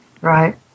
Right